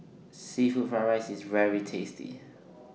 Seafood Fried Rice IS very tasty